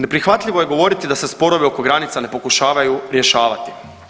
Neprihvatljivo je govoriti da se sporovi oko granica ne pokušavaju rješavati.